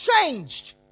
changed